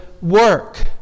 work